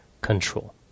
control